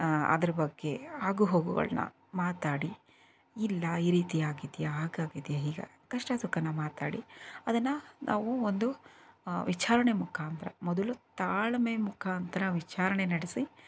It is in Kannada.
ಅದರ ಬಗ್ಗೆ ಆಗು ಹೋಗುಗಳನ್ನ ಮಾತಾಡಿ ಇಲ್ಲ ಈ ರೀತಿಯಾಗಿದ್ಯಾ ಹಾಗಾಗಿದ್ಯಾ ಹೀಗಾಗಿದ್ಯಾ ಕಷ್ಟ ಸುಖಾನ ಮಾತಾಡಿ ಅದನ್ನು ನಾವು ಒಂದು ವಿಚಾರಣೆ ಮುಖಾಂತರ ಮೊದಲು ತಾಳ್ಮೆ ಮುಖಾಂತರ ವಿಚಾರಣೆ ನಡೆಸಿ